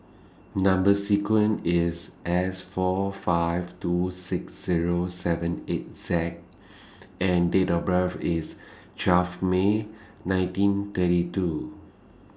Number sequence IS S four five two six Zero seven eight Z and Date of birth IS twelve May nineteen thirty two